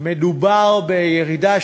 הוא לא ייכנס לכלא.